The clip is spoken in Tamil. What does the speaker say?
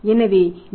எனவே G